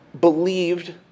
believed